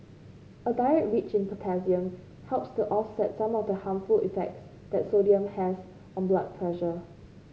a diet rich in potassium helps to offset some of the harmful effects that sodium has on blood pressure